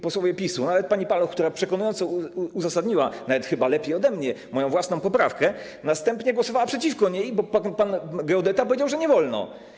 Posłowie PiS, nawet pani Paluch, która przekonująco uzasadniła, nawet chyba lepiej niż ja, moją własną poprawkę, następnie głosowała przeciwko niej, bo pan geodeta powiedział, że nie wolno.